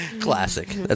classic